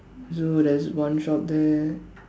no there's one shop there